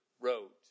wrote